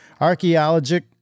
archaeologic